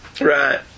Right